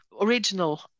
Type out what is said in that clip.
original